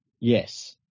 Yes